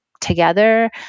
together